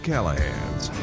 Callahan's